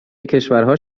کشورها